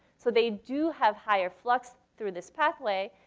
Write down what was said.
so they do have higher flux through this pathway,